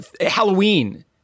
Halloween